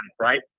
right